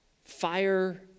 fire